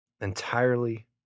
entirely